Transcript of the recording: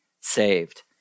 saved